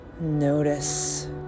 Notice